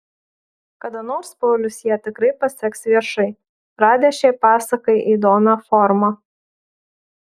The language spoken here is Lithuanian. kada nors paulius ją tikrai paseks viešai radęs šiai pasakai įdomią formą